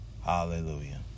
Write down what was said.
Hallelujah